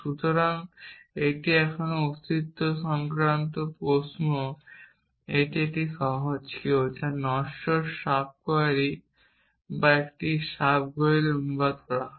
সুতরাং এটি এখনও একটি অস্তিত্ব সংক্রান্ত প্রশ্ন এটি একটি সহজ কেউ যার নশ্বর একটি সাব কোয়েরি বা একটি সাবগোয়েলে অনুবাদ করা হয়